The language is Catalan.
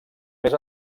més